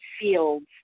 fields